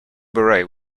beret